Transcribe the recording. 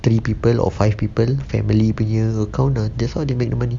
three people or five people family punya account ah that's how they make the money